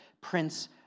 Prince